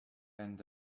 end